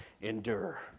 endure